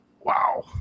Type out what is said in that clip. wow